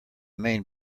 main